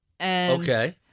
Okay